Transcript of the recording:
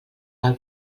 del